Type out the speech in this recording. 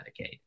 Medicaid